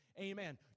Amen